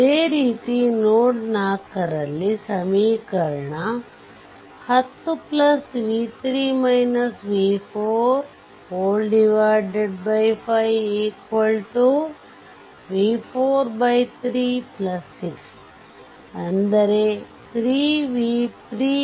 ಅದೇ ರೀತಿ ನೋಡ್ 4 ರ ಸಮೀಕರಣ 105v436 3v3 8v4 60